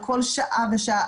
על כל שעה ושעה,